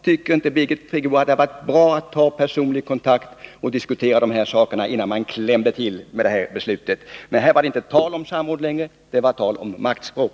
Tycker inte Birgit Friggebo att det hade varit bra med personlig kontakt och diskussion av de här frågorna, innan man klämde till med detta beslut? Här var det inte tal om samråd längre utan om maktspråk.